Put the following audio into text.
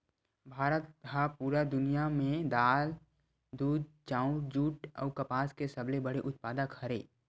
भारत हा पूरा दुनिया में दाल, दूध, चाउर, जुट अउ कपास के सबसे बड़े उत्पादक हरे